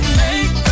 make